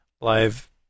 live